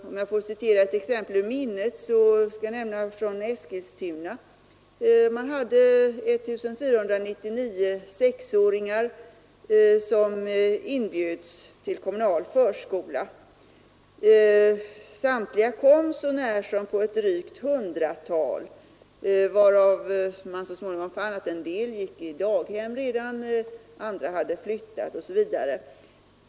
Om jag får ta ett exempel ur minnet, kan jag nämna att man i Eskilstuna hade 1499 sexåringar som inbjöds till kommunal förskola. Samtliga kom så när som på ett drygt hundratal, varav man så småningom fann att en del redan gick i daghem, andra hade flyttat osv.